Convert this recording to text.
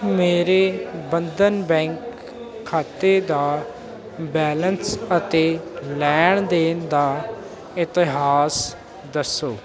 ਮੇਰੇ ਬੰਧਨ ਬੈਂਕ ਖਾਤੇ ਦਾ ਬੈਲੇਂਸ ਅਤੇ ਲੈਣ ਦੇਣ ਦਾ ਇਤਿਹਾਸ ਦੱਸੋ